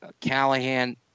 Callahan